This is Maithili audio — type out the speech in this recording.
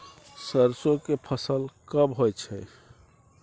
सरसो के फसल कब होय छै?